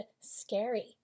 scary